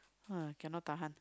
ah cannot tahan